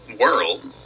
world